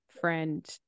friend